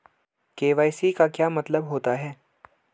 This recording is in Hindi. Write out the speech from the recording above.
के.वाई.सी का क्या मतलब होता है?